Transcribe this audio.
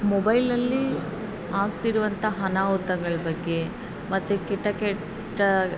ಮೊಬೈಲಲ್ಲಿ ಆಗ್ತಿರುವಂಥ ಅನಾಹುತಗಳ ಬಗ್ಗೆ ಮತ್ತೆ ಕೆಟ್ಟ ಕೆಟ್ಟ